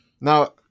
Now